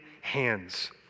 hands